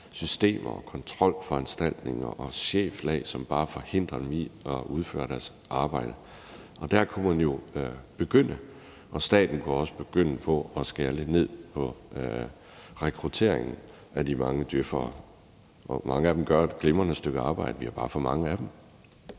systemer og kontrolforanstaltninger og cheflag, som bare forhindrer dem i at udføre deres arbejde. Der kunne man jo begynde, og staten kunne også begynde at skære lidt ned på rekrutteringen af de mange djøf'ere. Mange af dem gør et glimrende stykke arbejde, men vi har bare for mange af dem.